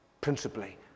principally